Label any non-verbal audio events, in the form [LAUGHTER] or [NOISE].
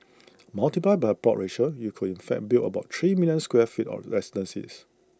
[NOISE] multiplied by the plot ratio you could in fact build about three million square feet of residences